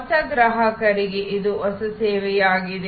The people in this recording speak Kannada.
ಹೊಸ ಗ್ರಾಹಕರಿಗೆ ಇದು ಹೊಸ ಸೇವೆಯಾಗಿದೆ